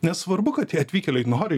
nesvarbu kad tie atvykėliai norin